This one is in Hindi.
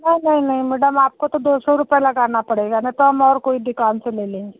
नहीं नहीं नहीं मैडम आपको तो दो सौ रुपये लगाना पड़ेगा नहीं तो हम और कोई दुकान से ले लेंगे